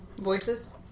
Voices